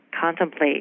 contemplate